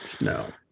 No